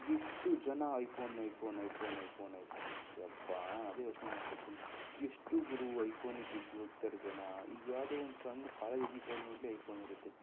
ಎಷ್ಟು ಜನ iPhone iPhone iPhone iPhone iPhone ಅಪ್ಪಾ ನಾನು ಅದೇ ಯೋಚನೆ ಮಾಡ್ತಾ ಇರ್ತೀನಿ ಎಷ್ಟು ಗುರು ಐಫೋನಿಗೆ ದುಡ್ಡು ಇಕ್ತಾರೆ ಜನ ಈಗ ಯಾವುದೋ ಒಂದು ಸಣ್ಣ ಕಾಲೇಜ್ ಹುಡ್ಗಿ ಕೈಲಿ ನೋಡಲಿ ಐಫೋನ್ ಇರುತ್ತೆ